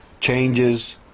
changes